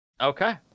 Okay